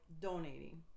donating